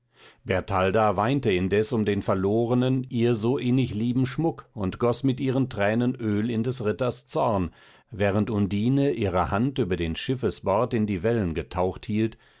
bertalda weinte indes um den verlornen ihr so innig lieben schmuck und goß mit ihren tränen öl in des ritters zorn während undine ihre hand über den schiffesbord in die wellen getaucht hielt